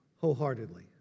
Wholeheartedly